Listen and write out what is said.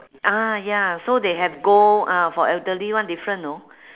ah ya so they have gold ah for elderly [one] different know